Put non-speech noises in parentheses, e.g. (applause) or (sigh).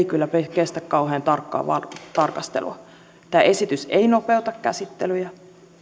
(unintelligible) kyllä kestä kauhean tarkkaa tarkastelua tämä esitys ei nopeuta käsittelyjä